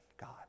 God